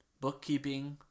bookkeeping